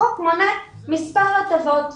החוק מונה מספר הטבות,